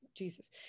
jesus